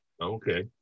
Okay